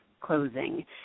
closing